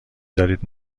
دارید